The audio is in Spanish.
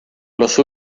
los